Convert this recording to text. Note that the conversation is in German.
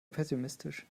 pessimistisch